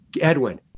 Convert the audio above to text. Edwin